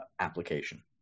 application